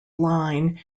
line